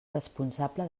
responsable